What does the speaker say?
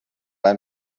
ein